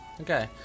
Okay